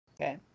Okay